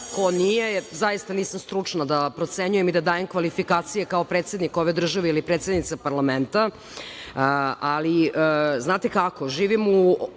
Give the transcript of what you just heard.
ko nije, jer zaista nisam stručna da procenjujem i da dajem kvalifikacije kao predsednik ove države ili predsednica parlamenta. Znate